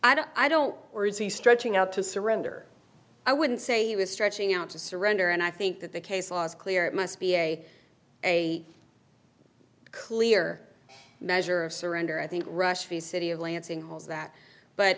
i don't or is he stretching out to surrender i wouldn't say he was stretching out to surrender and i think that the case law is clear it must be a a clear measure of surrender i think rush the city of lansing holds that but